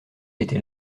été